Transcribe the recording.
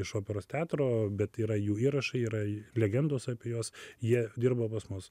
iš operos teatro bet yra jų įrašai yra legendos apie juos jie dirba pas mus